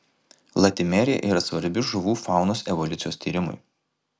latimerija yra svarbi žuvų faunos evoliucijos tyrimui